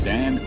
Dan